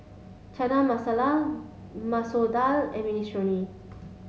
Chana Masala Masoor Dal and Minestrone